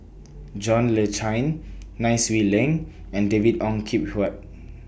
John Le Cain Nai Swee Leng and David Ong Kim Huat